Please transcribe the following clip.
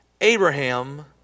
Abraham